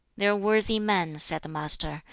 there are worthy men, said the master,